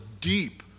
deep